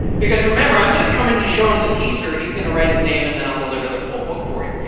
because remember i'm just coming to show him the teaser he's going to write his name and then i'll deliver the full book for you.